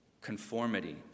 conformity